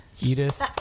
Edith